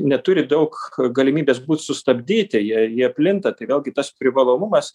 neturi daug galimybės būt sustabdyti jei jie plinta tai vėlgi tas privalomumas